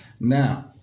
Now